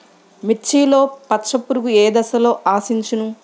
మిర్చిలో పచ్చ పురుగు ఏ దశలో ఆశించును?